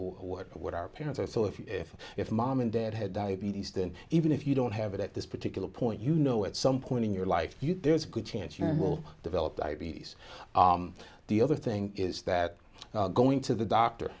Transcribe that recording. or what our parents are so if if mom and dad had diabetes then even if you don't have it at this particular point you know at some point in your life you do it's a good chance you will develop diabetes the other thing is that going to the doctor